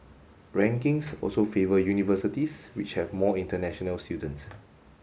rankings also favour universities which have more international students